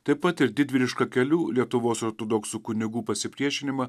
taip pat ir didvyrišką kelių lietuvos ortodoksų kunigų pasipriešinimą